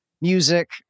music